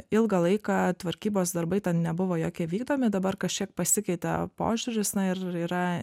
ilgą laiką tvarkybos darbai ten nebuvo jokie vykdomi dabar kažkiek pasikeitė požiūris na ir yra